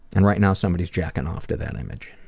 and right now somebody's jacking off to that image.